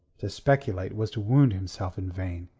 to speculate was to wound himself in vain.